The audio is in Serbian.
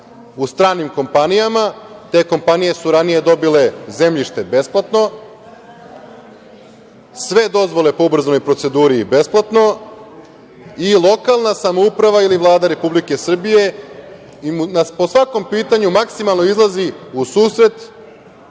u stranim kompanijama. Te kompanije su ranije dobile zemljište besplatno, sve dozvole po ubrzanoj proceduri i besplatno i lokalna samouprava ili Vlada Republike Srbije im po svakom pitanju maksimalno izlazi u susret